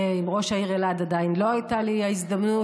עם ראש העיר אלעד עדיין לא הייתה לי ההזדמנות,